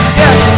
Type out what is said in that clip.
yes